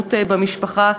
האלימות במשפחה,